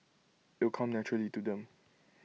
it'll come naturally to them